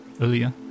earlier